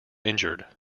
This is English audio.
injured